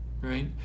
Right